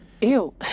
Ew